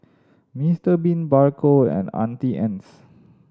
Mister Bean Bargo and Auntie Anne's